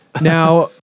Now